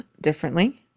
differently